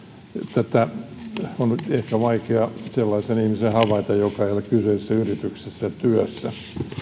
tätä on ehkä vaikea havaita sellaisen ihmisen joka ei ole kyseisessä yrityksessä työssä